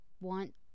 want